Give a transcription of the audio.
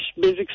basic